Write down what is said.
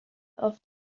auf